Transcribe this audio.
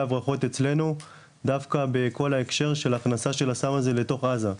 הברחות אצלנו דווקא בכל ההקשר של הכנסה של הסם הזה לתוך עזה.